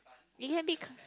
it can be